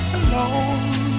alone